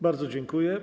Bardzo dziękuję.